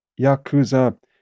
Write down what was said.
Yakuza